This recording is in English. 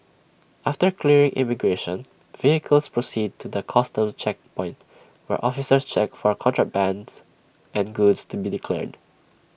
after clearing immigration vehicles proceed to the Customs checkpoint where officers check for contrabands and goods to be declared